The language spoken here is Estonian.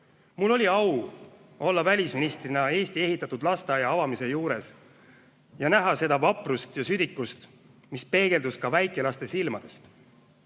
Mul oli au olla välisministrina Eesti ehitatud lasteaia avamise juures ja näha seda vaprust ja südikust, mis peegeldus ka väikelaste silmadest.